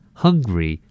hungry